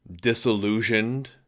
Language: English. disillusioned